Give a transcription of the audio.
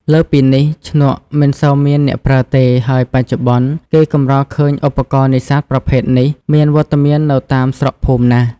លើសពីនេះ ឈ្នក់ មិនសូវមានអ្នកប្រើទេ ហើយបច្ចុប្បន្ន គេកម្រឃើញឧបរណ៍នេសាទប្រភេទនេះ មានវត្តមាននៅតាមស្រុកភូមិណាស់។